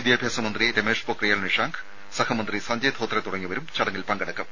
വിദ്യാഭ്യാസ മന്ത്രി രമേഷ് പൊക്രിയാൽ നിഷാങ്ക് സഹമന്ത്രി സഞ്ജയ് ധോത്രെ തുടങ്ങിയവരും ചടങ്ങിൽ പങ്കെടുക്കും